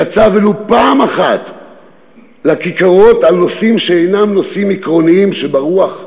יצא ולו פעם אחת לכיכרות על נושאים שאינם נושאים עקרוניים שברוח?